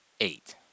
Eight